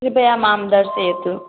कृपया मां दर्शयतु